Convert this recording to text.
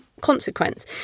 consequence